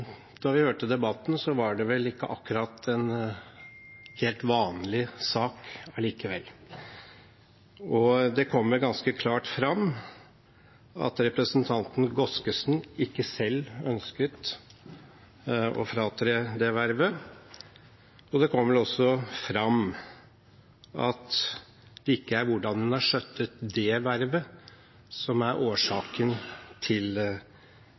da vi hørte debatten, var det vel ikke akkurat en helt vanlig sak likevel. Det kom vel ganske klart fram at representanten Godskesen ikke selv ønsket å fratre det vervet, og det kom vel også fram at det ikke er hvordan hun har skjøttet det vervet, som er årsaken til